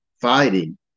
fighting